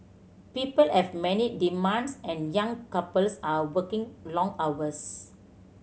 people have many demands and young couples are working long hours